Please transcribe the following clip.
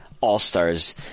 All-Stars